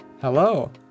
Hello